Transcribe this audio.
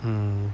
hmm